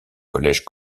collège